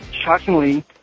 shockingly